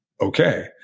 Okay